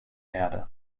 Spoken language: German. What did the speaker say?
erde